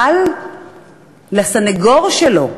אבל לסנגור שלו,